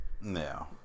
No